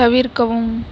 தவிர்க்கவும்